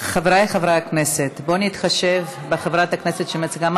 חבריי חברי הכנסת, בואו נתחשב בחברת הכנסת שמציגה.